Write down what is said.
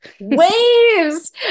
waves